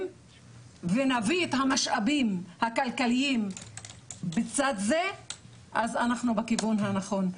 ונביא את המשאבים הכלכליים בצד זה אז אנחנו בכיוון הנכון.